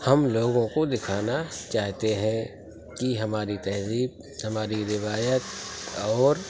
ہم لوگوں کو دکھانا چاہتے ہیں کہ ہماری تہذیب ہماری روایت اور